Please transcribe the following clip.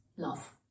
Love